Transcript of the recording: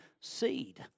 seed